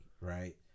Right